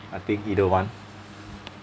I think either one